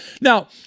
Now